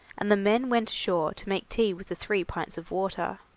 and the men went ashore to make tea with the three pints of water.